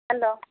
hello